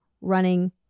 running